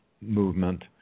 movement